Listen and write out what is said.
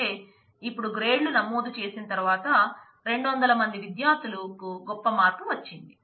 అంటే ఇప్పుడు గ్రేడ్ లు నమోదు చేసిన తరువాత 200 మంది విద్యార్థులకు గొప్ప మార్పు వచ్చింది